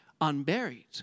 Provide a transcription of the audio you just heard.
unburied